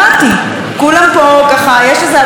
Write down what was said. יש איזו אווירה מבודחת,